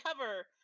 cover